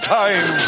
time